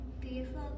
Beautiful